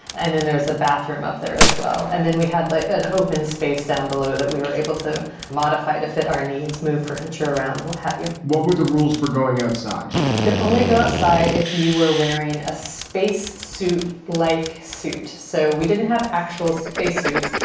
and then there is a bathroom up there as well. and then we had like an open space down below that we were able to modify to fit our needs, move furniture around. what have you what were the rules for going outside? you could only go outside if you were wearing a space suit like suit. so we didn't have actual space suits,